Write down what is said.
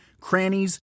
crannies